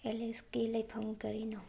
ꯑꯦꯂꯦꯛꯁꯀꯤ ꯂꯩꯐꯝ ꯀꯔꯤꯅꯣ